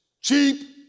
Cheap